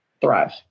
thrive